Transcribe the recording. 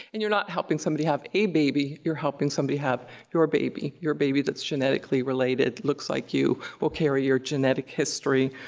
and, you're not helping somebody have a baby, you're helping somebody have your baby. your baby that's genetically related, looks like you, will carry your genetic history